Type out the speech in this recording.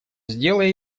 сделай